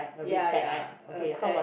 ya ya a tag